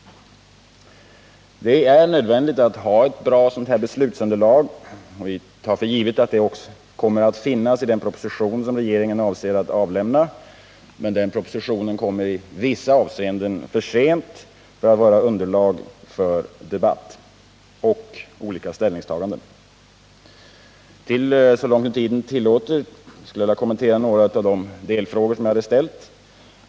Det är nödvändigt att ha ett bra beslutsunderlag. Vi tar för givet att det också kommer att finnas ett sådant i den proposition som regeringen avser att avlämna. Men den propositionen kommer i vissa avseenden för sent för att vara underlag för debatt och olika ställningstaganden. Så långt tiden nu tillåter skulle jag vilja kommentera några av de delfrågor som jag har ställt.